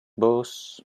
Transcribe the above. boss